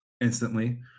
instantly